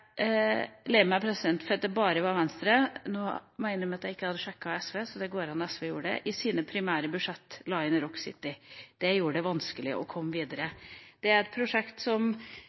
lei meg for at det bare var Venstre – nå må jeg innrømme at jeg ikke har sjekket SV, så det er mulig at SV gjorde det – i sitt primære budsjett la inn Rock City. Det gjorde det vanskelig å komme videre. Det er et prosjekt som